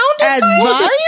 advice